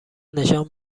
نشان